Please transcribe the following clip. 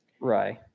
Right